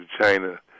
China